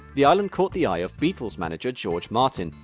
the island caught the eye of beatles manager george martin,